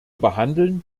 behandeln